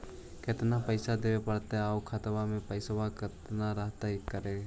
केतना पैसा देबे पड़तै आउ खातबा में पैसबा रहतै करने?